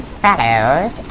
fellows